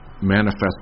manifest